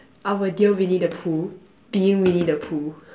our dear winnie-the-pooh winnie-the-pooh